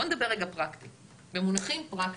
בוא נדבר רגע במונחים פרקטיים.